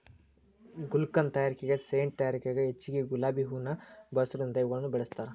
ಗುಲ್ಕನ್ ತಯಾರಿಕೆ ಸೇಂಟ್ ತಯಾರಿಕೆಗ ಹೆಚ್ಚಗಿ ಗುಲಾಬಿ ಹೂವುನ ಬಳಸೋದರಿಂದ ಇವುಗಳನ್ನ ಬೆಳಸ್ತಾರ